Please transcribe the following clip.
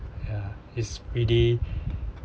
ya it's really